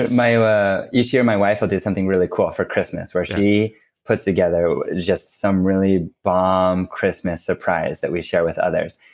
and um ah each year my wife will do something really cool for christmas. where she puts together just some really bomb christmas surprise that we share with others.